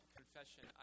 confession